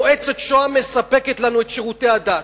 מועצת שוהם מספקת לנו את שירותי הדת.